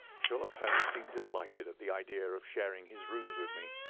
sherlock holmes seemed delighted at the idea of sharing his rooms with me.